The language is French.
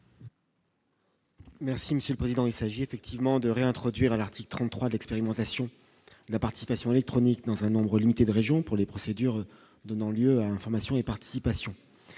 Merci monsieur le président, il s'agit effectivement de réintroduire l'article 33 d'expérimentation, la participation électronique dans un nombre limité de région pour les procédures donnant lieu à, information et participation,